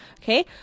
Okay